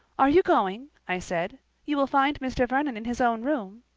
are you going? i said you will find mr. vernon in his own room.